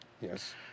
Yes